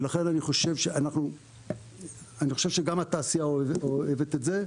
ולכן אני חושב שגם התעשייה אוהבת את זה.